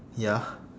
ya